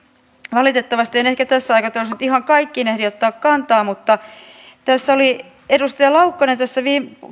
valitettavasti en ehkä tässä aikataulussa ihan kaikkiin ehdi ottaa kantaa mutta edustaja laukkanen